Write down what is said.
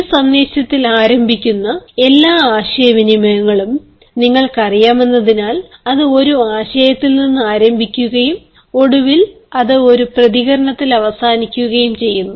ഒരു സന്ദേശത്തിൽ ആരംഭിക്കുന്ന എല്ലാ ആശയവിനിമയങ്ങളും നിങ്ങൾക്കറിയാമെന്നതിനാൽ അത് ഒരു ആശയത്തിൽ നിന്ന് ആരംഭിക്കുകയും ഒടുവിൽ അത് ഒരു പ്രതികരണത്തിൽ അവസാനിക്കുകയും ചെയ്യുന്നു